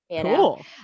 Cool